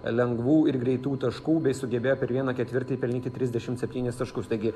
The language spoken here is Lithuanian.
lengvų ir greitų taškų bei sugebėjo per vieną ketvirtį pelnyti trisdešim septynis taškus taigi